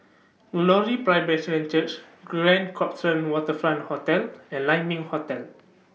Glory Presbyterian Church Grand Copthorne Waterfront Hotel and Lai Ming Hotel